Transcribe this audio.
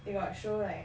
they got show like